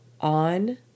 on